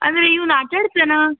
ಅಂದರೆ ಇವ್ನು ಆಟಾಡ್ತಾನಾ